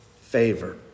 favor